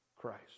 Christ